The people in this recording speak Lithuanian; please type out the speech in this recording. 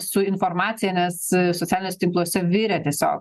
su informacija nes socialiniuose tinkluose virė tiesiog